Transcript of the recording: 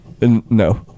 No